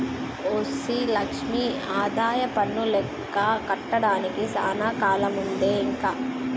OC Lakshmi ఆదాయపన్ను లెక్క కట్టడానికి సానా కాలముందే ఇంక